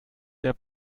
sehr